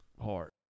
hard